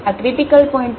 તેથી આ critical point છે